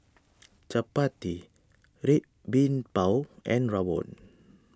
Chappati Red Bean Bao and Rawon